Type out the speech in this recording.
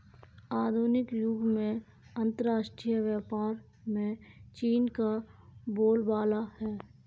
आधुनिक युग में अंतरराष्ट्रीय व्यापार में चीन का बोलबाला है